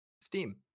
steam